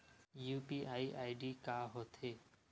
UPI ID का होथे?